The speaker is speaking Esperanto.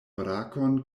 brakon